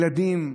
ילדים,